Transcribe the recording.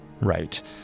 Right